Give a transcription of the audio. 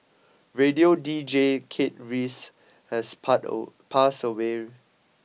radio deejay Kate Reyes has passed away